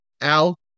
Al